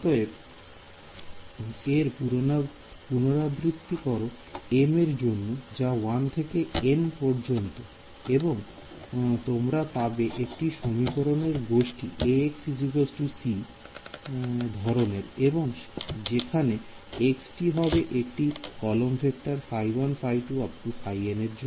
অতএব এর পুনরাবৃত্তি করো m এর জন্য যা 1 থেকে N পর্যন্ত এবং তোমরা পাবে একটি সমীকরণের গোষ্ঠী Axc এবং যেখানে x টি হবে একটি কলম ভেক্টর ϕ1 ϕ2 ϕn এর